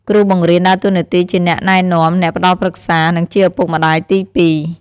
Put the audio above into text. គ្រូបង្រៀនដើរតួនាទីជាអ្នកណែនាំ អ្នកផ្តល់ប្រឹក្សា និងជាឪពុកម្តាយទីពីរ។